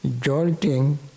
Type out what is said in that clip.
jolting